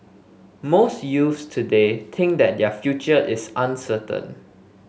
most youths today think that their future is uncertain